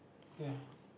ya